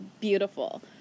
beautiful